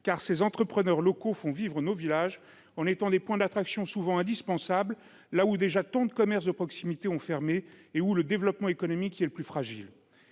Ses entrepreneurs locaux font vivre nos villages. Leurs établissements sont des points d'attraction souvent indispensables, là où tant de commerces de proximité ont déjà fermé et où le développement économique est le plus fragile.